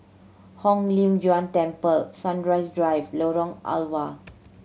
Hong Lim Jiong Temple Sunrise Drive Lorong Halwa